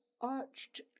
arched